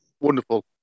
Wonderful